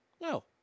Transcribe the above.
No